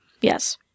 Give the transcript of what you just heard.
Yes